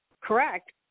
correct